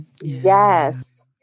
Yes